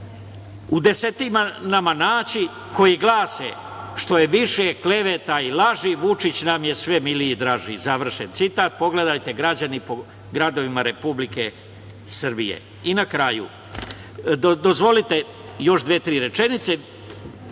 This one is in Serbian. u desetinama naći koji glase – što je više kleveta i laži Vučić nam je sve miliji i draži, završen citat. Pogledajte građani po gradovima Republike Srbije. Na kraju dozvolite još dve, tri rečenice